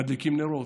מדליקים נרות,